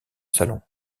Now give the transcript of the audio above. salon